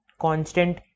constant